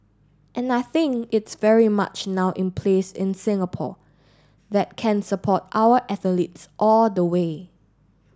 and I think it's very much now in place in Singapore that can support our athletes all the way